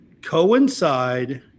coincide